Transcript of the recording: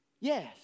Yes